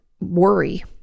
worry